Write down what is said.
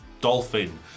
Dolphin